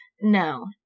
No